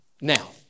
Now